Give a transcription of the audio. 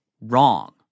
wrong